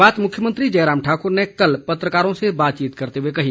ये बात मुख्यमंत्री जयराम ठाकुर ने कल पत्रकारों से बातचीत करते हुए कही